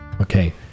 okay